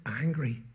angry